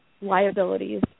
liabilities